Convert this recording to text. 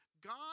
God